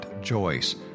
Joyce